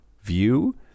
view